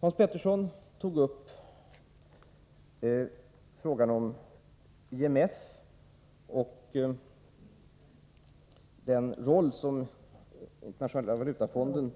Hans Petersson tog upp frågan om IMF och den roll som internationella valutafonden